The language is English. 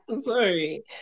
sorry